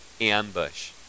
ambush